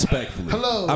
Hello